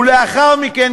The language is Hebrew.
ולאחר מכן,